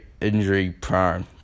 injury-prone